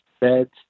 beds